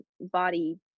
body